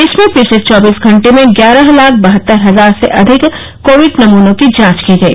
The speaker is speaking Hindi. देश में पिछले चौबीस घंटे में ग्यारह लाख बहत्तर हजार से अधिक कोविड नमूनों की जांच की गई